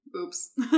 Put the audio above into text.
Oops